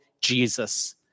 Jesus